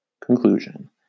Conclusion